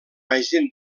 agent